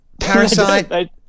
Parasite